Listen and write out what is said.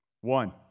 One